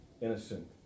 innocent